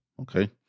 okay